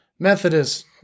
Methodist